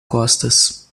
costas